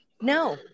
no